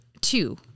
Two